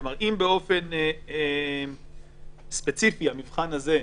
כלומר, אם באופן ספציפי המבחן הזה,